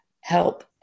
help